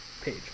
page